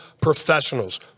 professionals